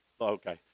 okay